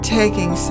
taking